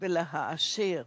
ולהעשיר